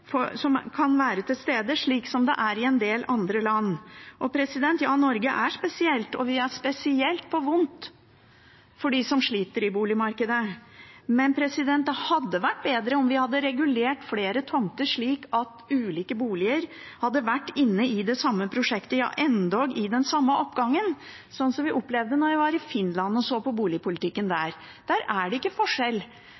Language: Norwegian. være til stede, slik som det er i en del andre land. Ja, Norge er spesielt – og spesielt vondt for dem som sliter i boligmarkedet – men det hadde vært bedre om vi hadde regulert flere tomter slik at ulike typer boliger hadde vært inne i det samme prosjektet, ja, endog i den samme oppgangen, sånn som vi opplevde da vi var i Finland og så på boligpolitikken